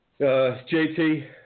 JT